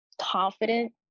confident